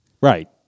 Right